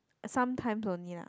sometimes only lah